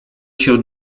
się